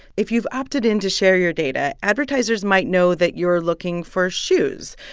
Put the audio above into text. if you've opted in to share your data, advertisers might know that you're looking for shoes.